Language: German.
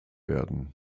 werden